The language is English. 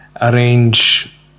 arrange